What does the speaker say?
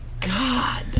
God